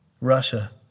Russia